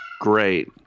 Great